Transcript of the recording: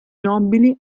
nobili